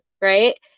right